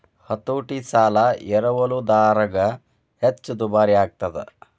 ಹತೋಟಿ ಸಾಲ ಎರವಲುದಾರಗ ಹೆಚ್ಚ ದುಬಾರಿಯಾಗ್ತದ